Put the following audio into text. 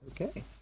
okay